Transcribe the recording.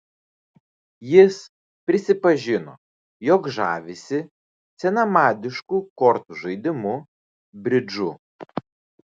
jis prisipažino jog žavisi senamadišku kortų žaidimu bridžu